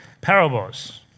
parables